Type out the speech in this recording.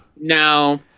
No